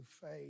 faith